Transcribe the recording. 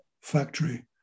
factory